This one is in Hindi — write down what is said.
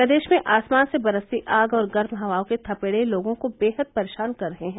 प्रदेश में आसमान से बरसती आग और गर्म हवाओं के थपेड़े लोगों को बेहद परेशान कर रहे हैं